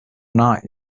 not